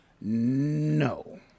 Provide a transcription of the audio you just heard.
No